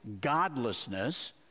godlessness